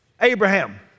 Abraham